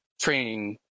training